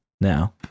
now